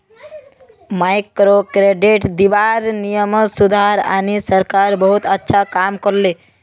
microcredit दीबार नियमत सुधार आने सरकार बहुत अच्छा काम कर ले